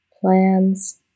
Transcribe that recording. plans